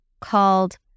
called